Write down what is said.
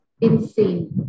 insane